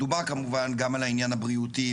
ודובר כמובן גם על העניין הבריאותי.